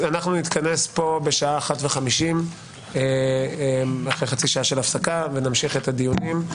נתכנס כאן בשעה 13:50 אחרי חצי שעה של הפסקה ונמשיך את הדיונים.